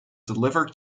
deliver